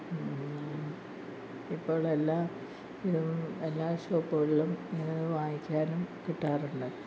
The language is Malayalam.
ഇപ്പോൾ എല്ലാം ഇതും എല്ലാ ഷോപ്പുകളിലും ഇത് വാങ്ങിക്കാനും കിട്ടാറുണ്ട്